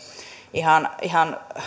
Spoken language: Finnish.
ihan ihan